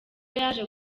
yaje